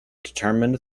determined